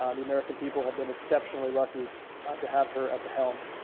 um the american people have been exceptionally lucky to have her at the helm.